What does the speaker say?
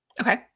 Okay